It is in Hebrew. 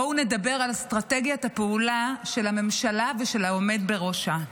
בואו נדבר על אסטרטגיית הפעולה של הממשלה ושל העומד בראשה.